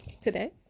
Today